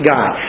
God